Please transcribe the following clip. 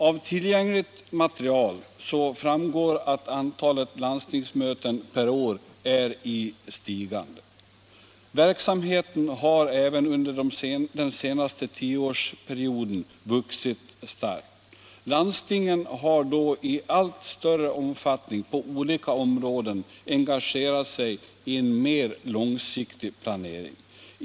Av tillgängligt material framgår att antalet landstingsmöten per år är i stigande. Verksamheten har även under den senaste tioårsperioden vuxit starkt. Landstingen har då i allt större omfattning på olika områden engagerat sig i en mer långsiktig planering.